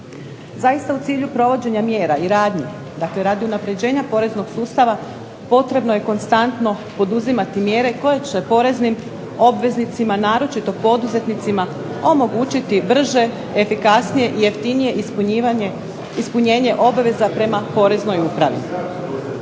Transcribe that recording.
Zaista u cilju provođenja mjera i radnji, dakle radi unapređenja poreznog sustava potrebno je stalno poduzimati mjere koje će obveznicima, naročito poduzetnicima omogućiti brže, efikasnije i jeftinije ispunjenje obveza prema poreznoj upravi.